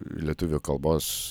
lietuvių kalbos